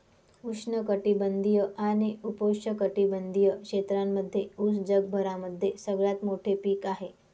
उष्ण कटिबंधीय आणि उपोष्ण कटिबंधीय क्षेत्रांमध्ये उस जगभरामध्ये सगळ्यात मोठे पीक आहे